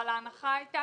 אבל ההנחה היתה